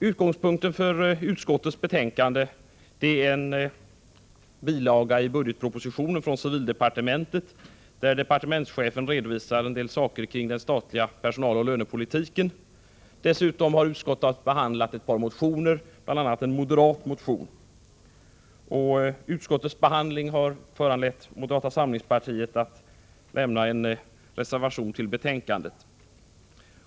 Utgångspunkten för utskottets betänkande är en bilaga från civildepartementet i budgetpropositionen där departementschefen redovisar en del saker i fråga om den statliga personaloch lönepolitiken. Dessutom har utskottet behandlat ett par motioner, bl.a. en moderatmotion. Utskottets behandling har föranlett moderata samlingspartiet att lämna en reservation till betänkandet.